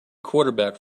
quarterback